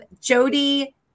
jody